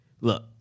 look